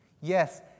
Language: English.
Yes